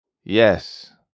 Yes